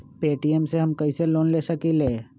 Paytm से हम कईसे लोन ले सकीले?